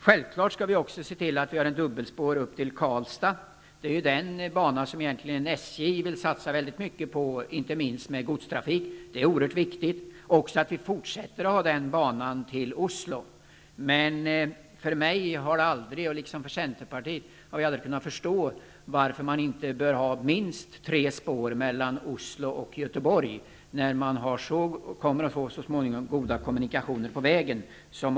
Självklart skall vi också se till att det blir dubbelspår upp till Karlstad. Det är den banan som SJ vill satsa väldigt mycket på, inte minst beträffande godstrafiken. Det är också oerhört viktigt att den banan får fortsätta till Oslo. För mig och för Centerpartiet har det alltid varit obegripligt att det inte skulle vara minst tre spår mellan Oslo och Göteborg. Så småningom blir ju vägkommunikationerna mycket goda.